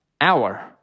hour